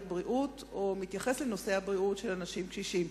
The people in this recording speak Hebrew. בריאות או מתייחס לנושא הבריאות של אנשים קשישים?